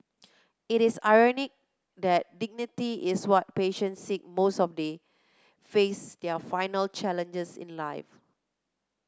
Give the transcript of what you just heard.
it is ironic that dignity is what patients seek most as they face their final challenges in life